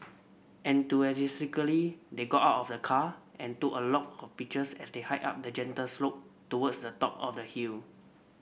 enthusiastically they got out of the car and took a lot of pictures as they hiked up a gentle slope towards the top of the hill